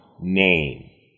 name